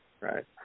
Right